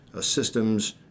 systems